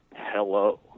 hello